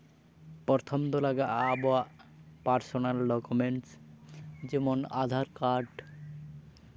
ᱯᱨᱚᱛᱷᱚᱢ ᱫᱚ ᱞᱟᱜᱟᱜᱼᱟ ᱟᱵᱚᱣᱟᱜ ᱯᱟᱨᱥᱳᱱᱟᱞ ᱰᱚᱠᱳᱢᱮᱱᱴᱥ ᱡᱮᱢᱚᱱ ᱟᱫᱷᱟᱨ ᱠᱟᱨᱰ